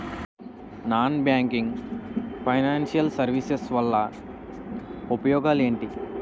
Non banking financial services వల్ల ఉపయోగాలు ఎంటి?